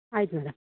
ಆಯ್ತು ಮೇಡಮ್